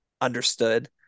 understood